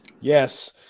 yes